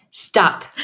stop